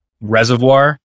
reservoir